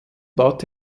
bat